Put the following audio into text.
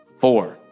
Four